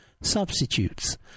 substitutes